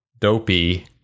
dopey